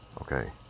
Okay